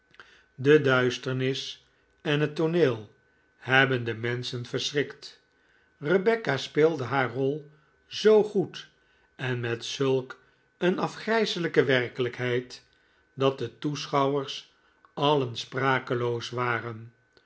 de duisternis en het tooneel hebben de menschen verschrikt rebecca speelde haar rol zoo goed en met zulk een afgrijselijke werkelijkheid dat de toeschouwers alien sprakeloos waren